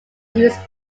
use